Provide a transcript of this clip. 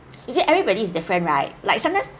you see everybody is different right like sometimes